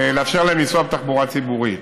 לאפשר להם לנסוע בתחבורה הציבורית.